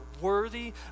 worthy